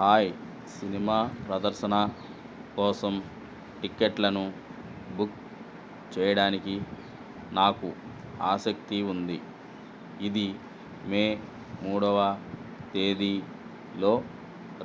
hi సినిమా ప్రదర్శన కోసం టిక్కెట్లను బుక్ చేయడానికి నాకు ఆసక్తి ఉంది ఇది మే మూడవ తేదీలో